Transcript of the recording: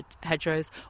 hedgerows